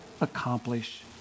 accomplish